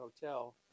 hotel